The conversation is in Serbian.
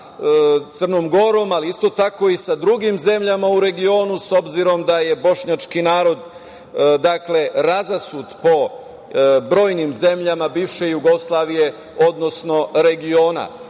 sa Crnom Gorom, ali isto tako i sa drugim zemljama u regionu, s obzirom da je bošnjački narod, dakle razasut po brojnim zemljama bivše Jugoslavije, odnosno regiona.